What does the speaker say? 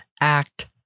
Act